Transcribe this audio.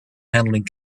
handling